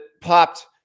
popped